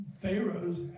Pharaohs